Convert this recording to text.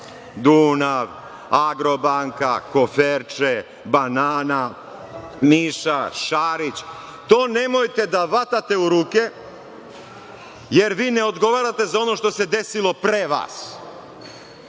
„Dunav“, „Agrobanka“, „koferče“, „Banana“, „Niša“, „Šarić“. To nemojte da vatate u ruke jer vi ne odgovarate za ono što se desilo pre vas.